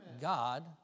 God